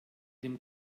dem